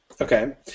okay